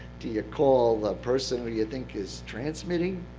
do you call the person who you think is transmitting?